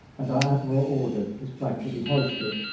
and our admiral ordered his flag to be hoisted.